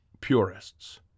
purists